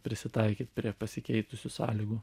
prisitaikyt prie pasikeitusių sąlygų